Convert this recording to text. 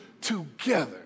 together